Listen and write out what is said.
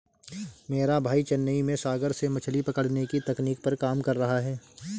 मेरा भाई चेन्नई में सागर से मछली पकड़ने की तकनीक पर काम कर रहा है